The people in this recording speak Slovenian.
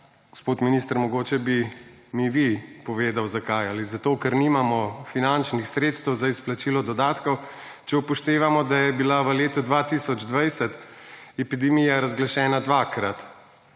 gospod minister, mogoče bi mi vi povedal zakaj ali zato, kar nimamo finančnih sredstev za izplačilo dodatkov, če upoštevamo, da je bila v letu 2020 epidemija razglašena dvakrat?